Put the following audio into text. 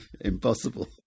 Impossible